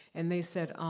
and they said, um